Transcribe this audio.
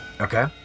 Okay